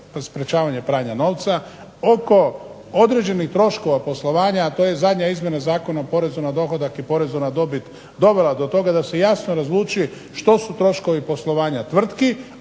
sprečavanja pranja novca, oko određenih troškova poslovanja, a to je zadnja izmjena Zakona o porezu na dohodak i porezu na dobit dovela do toga da se jasno razluči što su troškovi poslovanja tvrtki,